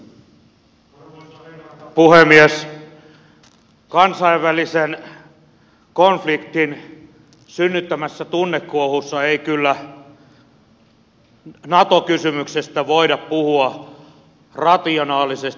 kansainvälisen konf liktin synnyttämässä tunnekuohussa ei kyllä nato kysymyksestä voida puhua rationaalisesti